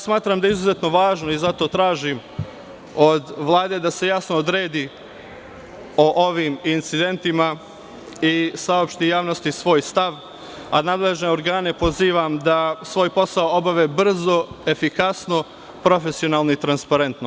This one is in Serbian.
Smatram da je izuzetno važno i zato tražim od Vlade da se jasno odredi o ovim incidentima i saopšti javnosti svoj stav, a nadležne organe pozivam da svoj posao obave brzo, efikasno, profesionalno i transparentno.